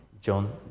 John